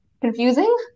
confusing